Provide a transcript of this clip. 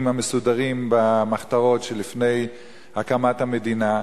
המסודרים במחתרות שלפני הקמת המדינה,